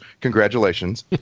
congratulations